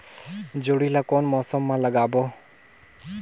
जोणी ला कोन मौसम मा लगाबो?